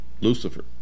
Lucifer